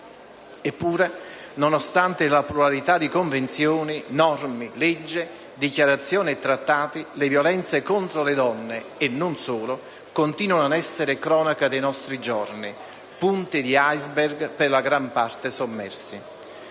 Eppure, nonostante la pluralità di convenzioni, norme, leggi, dichiarazioni e trattati, le violenze contro le donne (e non solo) continuano ad essere cronaca dei nostri giorni: punte di *iceberg*, per la gran parte sommersi.